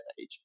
age